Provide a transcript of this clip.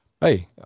hey